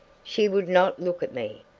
she would not look at me.